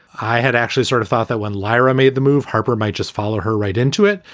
i had actually sort of thought that when lyra made the move, harper might just follow her right into it.